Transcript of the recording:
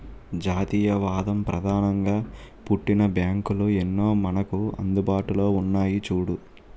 జాతీయవాదం ప్రధానంగా పుట్టిన బ్యాంకులు ఎన్నో మనకు అందుబాటులో ఉన్నాయి చూడు